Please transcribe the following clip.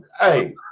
Hey